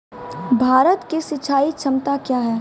भारत की सिंचाई क्षमता क्या हैं?